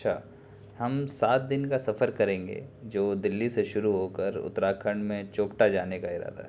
اچھا ہم سات دن کا سفر کریں گے جو دلی سے شروع ہو کر اترا کھنڈ میں چوپٹا جانے کا ارادہ ہے